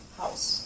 house